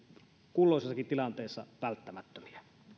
kulloisessakin tilanteessa välttämättömiä